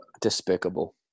despicable